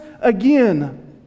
again